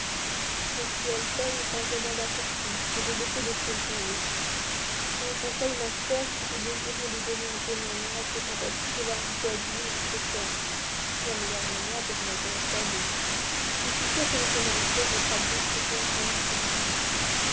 m elton est un jeune homme accompli et j'ai beaucoup d'estime pour lui je vous conseille ma chère si vous désirez lui donner un témoignage de sympathie de l'inviter à dîner un de ces soirs c'est la meilleure manière de vous intéresser à lui je suis sûr que m knightley voudra bien se joindre à nous ce jour-là